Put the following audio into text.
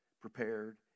prepared